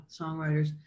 songwriters